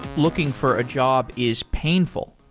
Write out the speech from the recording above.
looking for a job is painful.